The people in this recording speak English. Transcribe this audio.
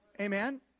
amen